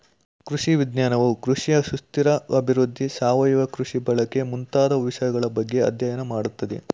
ಕೃಷಿ ವಿಜ್ಞಾನವು ಕೃಷಿಯ ಸುಸ್ಥಿರ ಅಭಿವೃದ್ಧಿ, ಸಾವಯವ ಕೃಷಿ ಬಳಕೆ ಮುಂತಾದ ವಿಷಯಗಳ ಬಗ್ಗೆ ಅಧ್ಯಯನ ಮಾಡತ್ತದೆ